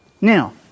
Now